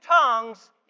tongues